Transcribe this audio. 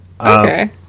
Okay